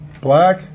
black